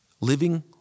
Living